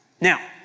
Now